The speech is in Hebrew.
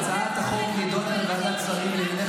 הצעת החוק נדונה בוועדת שרים, שנייה.